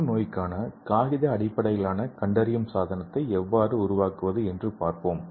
புற்றுநோய்க்கான காகித அடிப்படையிலான கண்டறியும் சாதனத்தை எவ்வாறு உருவாக்குவது என்று பார்ப்போம்